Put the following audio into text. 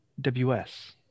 WS